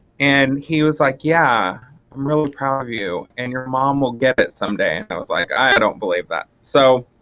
and he was like yeah i'm really proud of you and your mom will get it someday. and i was like i don't believe that. so